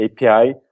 API